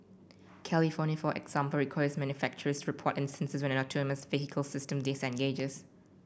California for example requires manufacturers report instance when an autonomous vehicle system disengages